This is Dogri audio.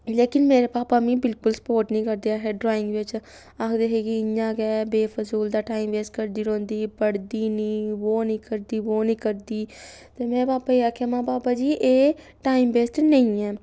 लेकिन मेरे पापा मी बिल्कुल सपोर्ट निं करदे है हे ड्राइंग बिच्च आखदे हे कि इ'यां गै बे फजूल दा टाइम वेस्ट करदी रौंह्दी पढ़दी निं वो निं करदी वो निं करदी पर में पापे गी आखेआ महां पापा जी एह् टाइम वेस्ट नेईं ऐ